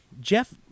Jeff